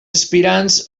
aspirants